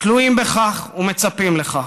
תלויים בכך ומצפים לכך.